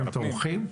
הם תומכים?